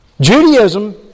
Judaism